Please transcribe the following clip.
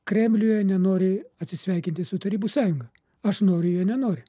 kremliuje nenori atsisveikinti su tarybų sąjunga aš noriu jie nenori